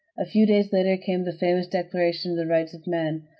a few days later came the famous declaration of the rights of man,